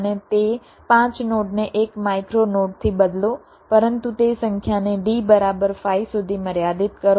અને તે પાંચ નોડને એક માઇક્રો નોડથી બદલો પરંતુ તે સંખ્યાને d બરાબર 5 સુધી મર્યાદિત કરો